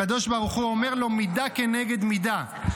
הקדוש ברוך הוא אומר לו: מידה כנגד מידה,